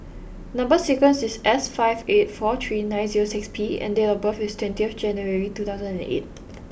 number sequence is S five eight four three nine zero six P and date of birth is twenty January two thousand and eight